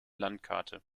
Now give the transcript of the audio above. landkarte